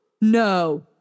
No